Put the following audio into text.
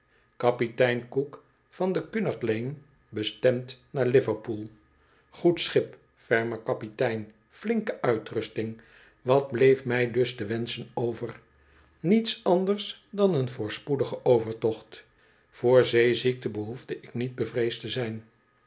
kapitein cook van de ounard line bestemd naar liverpool goed schip ferme kapitein flinke uitrusting wat bleef mij dus te wenschen over niets anders dan een voorspoedige overtocht voor zeeziekte behoefde ik niet bevreesd te zijn